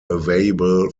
available